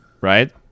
right